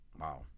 Wow